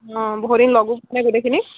অঁ বহুদিন লগো হোৱা নাই গোটেইখিনি